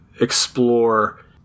explore